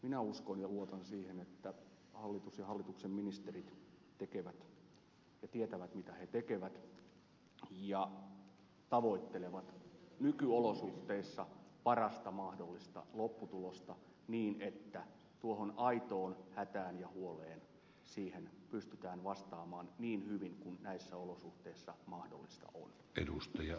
minä uskon ja luotan siihen että hallitus ja hallituksen ministerit tietävät mitä he tekevät ja tavoittelevat nykyolosuhteissa parasta mahdollista lopputulosta niin että tuohon aitoon hätään ja huoleen pystytään vastaamaan niin hyvin kuin näissä olosuhteissa mahdollista on